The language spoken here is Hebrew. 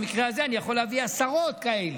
במקרה הזה אני יכול להביא עשרות כאלה,